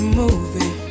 movie